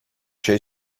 şey